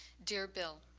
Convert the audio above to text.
dear bill,